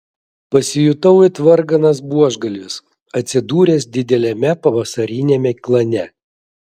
pasijutau it varganas buožgalvis atsidūręs dideliame pavasariniame klane